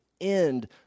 end